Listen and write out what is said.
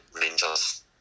Rangers